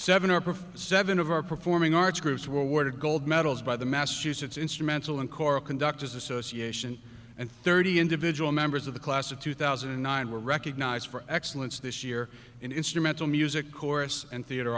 prefer seven of our performing arts groups were awarded gold medals by the massachusetts instrumental and core conductors association and thirty individual members of the class of two thousand and nine were recognized for excellence this year in instrumental music course and theater